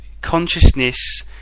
consciousness